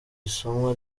isomwa